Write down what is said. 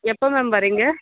எப்போ மேம் வர்றீங்க